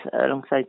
alongside